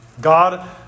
God